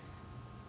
mm